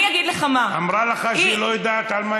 היא אמרה לך שהיא לא יודעת על מה היא מצביעה.